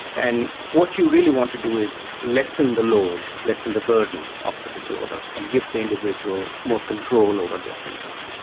and what you really want to do is lessen the load, lessen the burden of the disorder and give the individual more control over their symptoms.